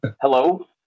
hello